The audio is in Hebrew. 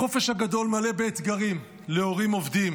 החופש הגדול מלא באתגרים להורים עובדים,